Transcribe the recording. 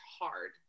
hard